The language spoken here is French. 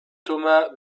thomas